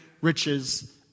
riches